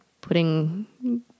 putting